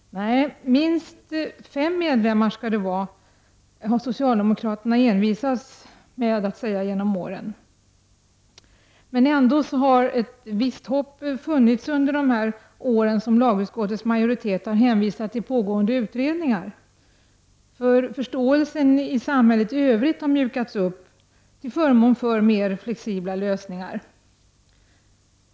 Nej, minst fem medlemmar skall det vara, har socialdemokraterna envisats med att säga genom åren. Ändå har ett visst hopp funnits under de år som lagutskottets majoritet har hänvisat till pågående utredningar. Förståelsen i samhället i övrigt har ökat till förmån för mer flexibla lösningar.